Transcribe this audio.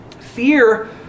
Fear